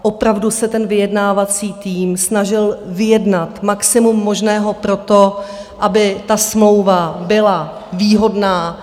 Opravdu se ten vyjednávací tým snažil vyjednat maximum možného pro to, aby ta smlouva byla výhodná.